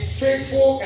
faithful